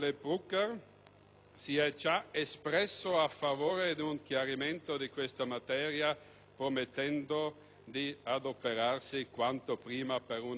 si è già espresso a favore di un chiarimento di questa materia promettendo di adoperarsi quanto prima per una soluzione.